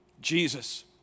Jesus